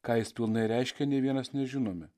ką jis pilnai reiškia nei vienas nežinome